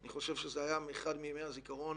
אני חושב שזה היה אחד מימי הזיכרון